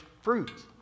fruits